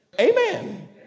Amen